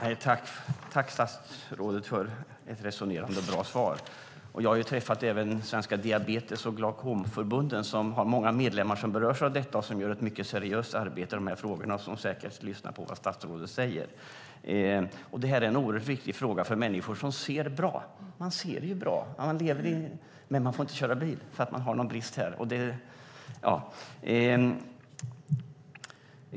Fru talman! Tack, statsrådet, för ett bra och resonerande svar! Jag har träffat Svenska Diabetesförbundet och Svenska Glaukomförbundet som har många medlemmar som berörs av detta och som gör ett mycket seriöst arbete i dessa frågor och säkert lyssnar på vad statsrådet säger. Det här är en oerhört viktig fråga för människor som ser bra men som inte får köra bil därför att de har denna brist.